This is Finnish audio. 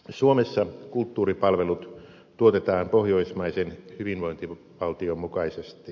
suomessa kulttuuripalvelut tuotetaan pohjoismaisen hyvinvointimallin mukaisesti